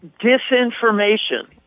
disinformation